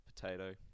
Potato